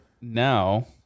now